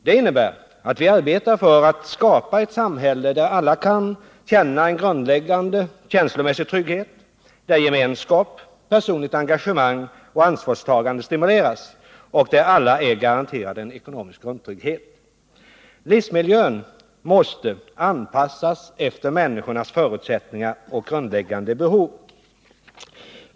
Det innebär att vi arbetar för att skapa ett samhälle där alla kan känna en grundläggande känslomässig trygghet, där gemenskap, personligt engagemang och ansvarstagande stimuleras och där alla är garanterade en ekonomisk grundtrygghet. Livsmiljön måste anpassas efter människors förutsättningar och grundläggande behov.